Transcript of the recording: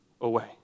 away